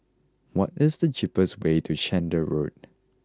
what is the cheapest way to Chander Road